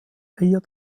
hier